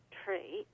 tree